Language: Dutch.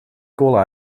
cola